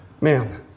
Man